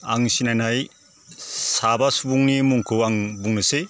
आं सिनायनाय साबा सुबुंनि मुंखौ आं बुंनोसै